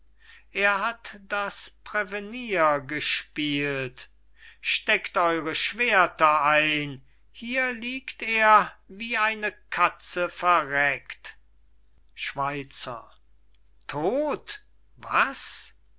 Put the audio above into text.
er hat das prevenire gespielt steckt eure schwerter ein hier liegt er wie eine katze verreckt schweizer todt was